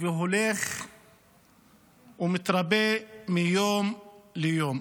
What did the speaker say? והולך ומתרבה מיום ליום.